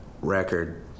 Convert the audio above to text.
record